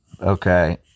okay